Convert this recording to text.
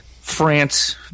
France